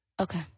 Okay